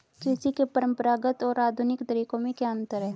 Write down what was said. कृषि के परंपरागत और आधुनिक तरीकों में क्या अंतर है?